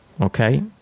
Okay